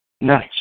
Nice